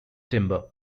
timber